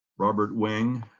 robert wing,